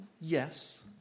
yes